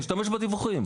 תשתמש בדיווחים.